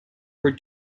were